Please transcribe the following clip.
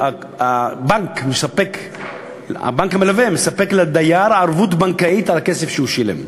הבנק המלווה מספק לדייר ערבות בנקאית על הכסף שהוא שילם.